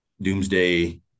doomsday